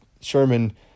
Sherman